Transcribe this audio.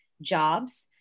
jobs